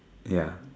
ya